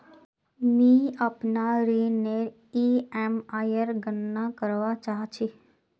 मि अपनार ऋणनेर ईएमआईर गणना करवा चहा छी